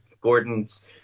gordon's